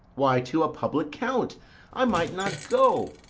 why to a public count i might not go,